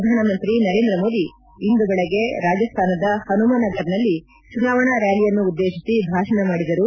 ಪ್ರಧಾನಮಂತ್ರಿ ನರೇಂದ್ರ ಮೋದಿ ಇಂದು ಬೆಳಗ್ಗೆ ರಾಜಸ್ತಾನದ ಹನುಮ ನಗರ್ನಲ್ಲಿ ಚುನಾವಣಾ ರ್ನಾಲಿಯನ್ನುದ್ದೇತಿಸಿ ಭಾಷಣ ಮಾಡಿದರು